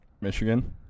Michigan